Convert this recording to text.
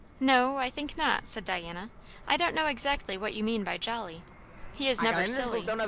no, i think not, said diana i don't know exactly what you mean by jolly he is never silly,